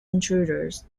intruders